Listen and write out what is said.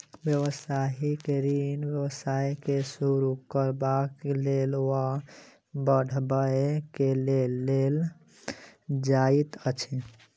व्यवसायिक ऋण व्यवसाय के शुरू करबाक लेल वा बढ़बय के लेल लेल जाइत अछि